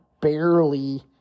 barely